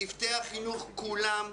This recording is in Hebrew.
צוותי החינוך כולם,